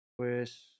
Pues